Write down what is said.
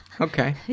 Okay